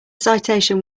citation